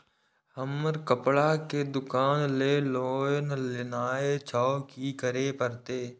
हमर कपड़ा के दुकान छे लोन लेनाय छै की करे परतै?